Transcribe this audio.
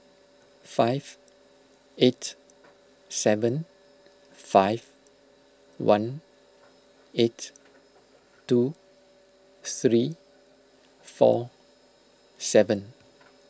five eight seven five one eight two three four seven